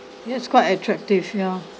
this is quite attractive ya